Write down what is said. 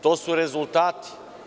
To su rezultati.